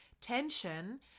tension